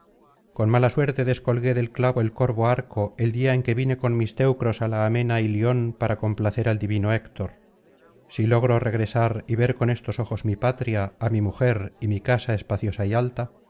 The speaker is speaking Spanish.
con mala suerte descolgué del clavo el corvo arco el día en que vine con mis teucros á la amena ilion para complacer al divino héctor si logro regresar y ver con estos ojos mi patria á mi mujer y mi casa espaciosa y alta